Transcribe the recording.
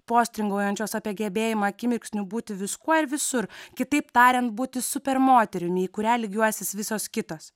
postringaujančios apie gebėjimą akimirksniu būti viskuo ir visur kitaip tariant būti super moterimi į kurią lygiuosis visos kitos